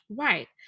Right